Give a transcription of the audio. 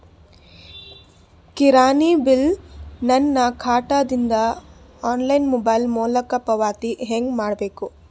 ಕಿರಾಣಿ ಬಿಲ್ ನನ್ನ ಖಾತಾ ದಿಂದ ಆನ್ಲೈನ್ ಮೊಬೈಲ್ ಮೊಲಕ ಪಾವತಿ ಹೆಂಗ್ ಮಾಡಬೇಕು?